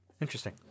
interesting